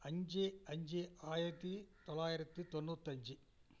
அஞ்சு அஞ்சு ஆயிரத்தி தொள்ளாயிரத்தி தொண்ணூத்தஞ்சு